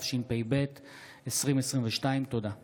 התשפ"ב 2022. תודה.